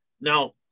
Now